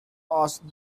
asked